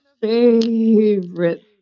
favorite